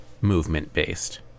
movement-based